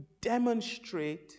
demonstrate